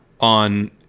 on